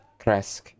Kresk